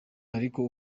ariko